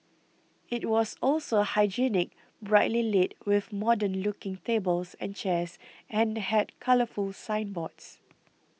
it was also hygienic brightly lit with modern looking tables and chairs and had colourful signboards